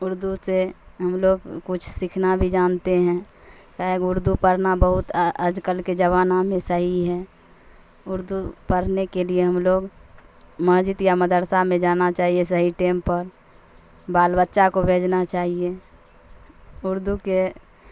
اردو سے ہم لوگ کچھ سیکھنا بھی جانتے ہیں کیا ہے کہ اردو پڑھنا بہت آج کل کے زمانہ میں صحیح ہے اردو پڑھنے کے لیے ہم لوگ مسجد یا مدرسہ میں جانا چاہیے صحیح ٹیم پر بال بچہ کو بھیجنا چاہیے اردو کے